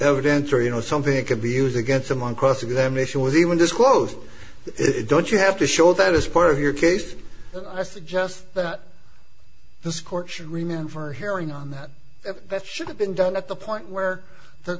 evidence or you know something could be used against him on cross examination with even disclose it don't you have to show that as part of your case and i suggest that this court should remain for hearing on that that should have been done at the point where the